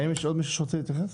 האם יש עוד מישהו שרוצה להתייחס?